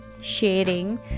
sharing